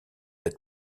être